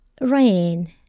rain